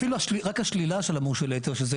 אפילו רק השלילה של המורשה להיתר שזו